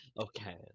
Okay